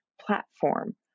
platform